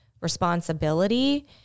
responsibility